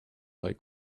like